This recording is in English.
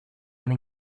and